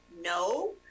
No